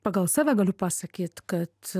pagal save galiu pasakyt kad